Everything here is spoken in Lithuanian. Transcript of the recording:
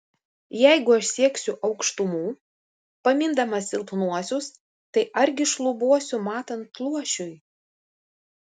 jeigu aš sieksiu aukštumų pamindamas silpnuosius tai argi šlubuosiu matant luošiui